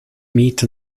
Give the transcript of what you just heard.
meat